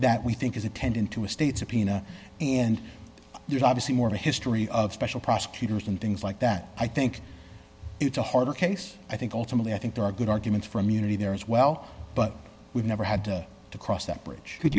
that we think is attend into a state subpoena and there's obviously more history of special prosecutors and things like that i think it's a harder case i think ultimately i think there are good arguments for immunity there as well but we've never had to cross that bridge could